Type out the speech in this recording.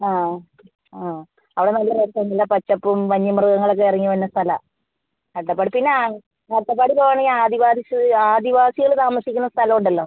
ആ ആ അവിടെ നല്ല രസം പിന്നെ പച്ചപ്പും വന്യ മൃഗങ്ങളൊക്കെ ഇറങ്ങി വരുന്ന സ്ഥലമാണ് അട്ടപ്പാടി പിന്നെ അട്ടപ്പാടി പോവുവാണെങ്കിൽ ആദിവാസി ആദിവാസികൾ താമസിക്കുന്ന സ്ഥലം ഉണ്ടല്ലോ